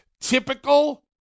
typical